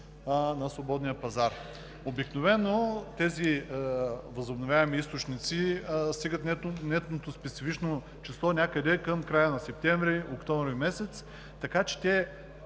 на свободния пазар. Обикновено тези възобновяеми източници стигат до нетното специфично число някъде към края на септември – октомври месец. Така че те